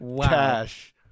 cash